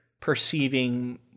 perceiving